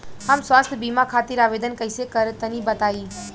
हम स्वास्थ्य बीमा खातिर आवेदन कइसे करि तनि बताई?